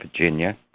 Virginia